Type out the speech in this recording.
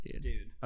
Dude